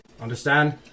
Understand